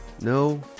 No